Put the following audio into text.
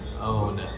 own